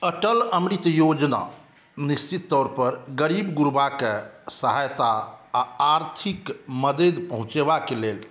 अटल अमृत योजना निश्चित तौर पर गरीब गुरबाकेँ सहायता आ आर्थिक मददि पहुँचेबाक लेल